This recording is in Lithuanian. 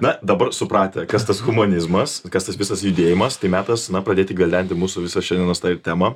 na dabar supratę kas tas humanizmas kas tas visas judėjimas tai metas pradėti gvildenti mūsų visą šiandienos tą temą